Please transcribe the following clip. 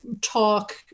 talk